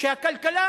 שהכלכלה